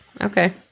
Okay